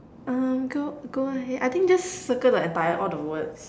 um go go ahead I think just circle the entire all the words